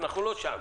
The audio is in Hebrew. אנחנו לא שם.